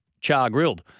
char-grilled